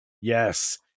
Yes